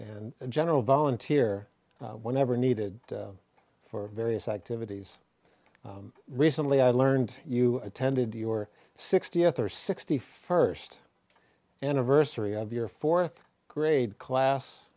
and general volunteer whenever needed for various activities recently i learned you attended your sixtieth or sixty first anniversary of your fourth grade class